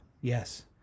Yes